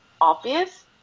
obvious